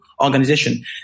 organization